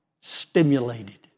stimulated